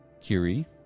Curie